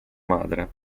madre